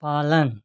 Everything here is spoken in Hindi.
पालन